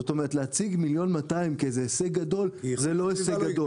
זאת אומרת להציג 1.2 מיליון כאיזה הישג גדול זה לא הישג גדול.